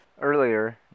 Earlier